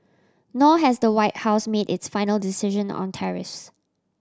nor has the White House made its final decision on tariffs